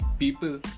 people